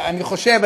אני חושב,